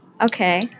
Okay